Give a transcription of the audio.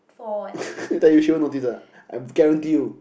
I tell you that she won't notice one I guarantee you